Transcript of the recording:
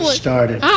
started